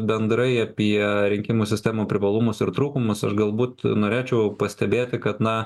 bendrai apie rinkimų sistemų privalumus ir trūkumus aš galbūt norėčiau pastebėti kad na